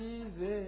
easy